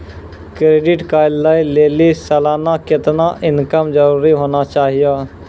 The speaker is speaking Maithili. क्रेडिट कार्ड लय लेली सालाना कितना इनकम जरूरी होना चहियों?